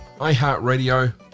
iHeartRadio